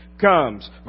comes